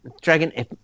Dragon